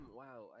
wow